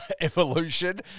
evolution